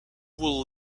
will